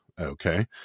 Okay